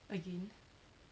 again